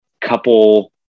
couple